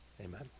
amen